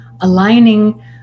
aligning